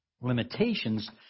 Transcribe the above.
limitations